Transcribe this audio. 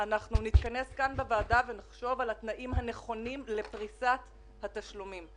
אנחנו נתכנס כאן בוועדה ונחשוב על התנאים הנכונים לפריסת התשלומים.